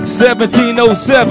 1707